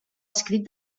escrit